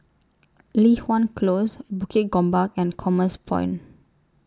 Li Hwan Close Bukit Gombak and Commerce Point